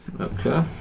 Okay